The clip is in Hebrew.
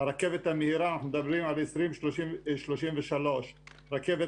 הרכבת המהירה אנחנו מדברים על 2033. רכבת